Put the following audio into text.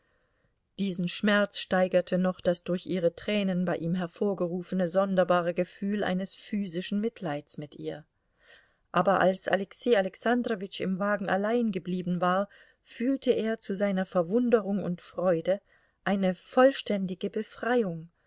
diesen schmerz steigerte noch das durch ihre tränen bei ihm hervorgerufene sonderbare gefühl eines physischen mitleids mit ihr aber als alexei alexandrowitsch im wagen allein geblieben war fühlte er zu seiner verwunderung und freude eine vollständige befreiung